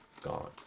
gone